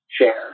share